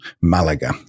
Malaga